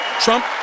Trump